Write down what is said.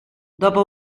dopo